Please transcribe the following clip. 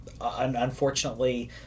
unfortunately